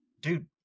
dude